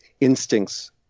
instincts